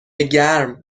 گرم